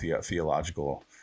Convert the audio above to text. theological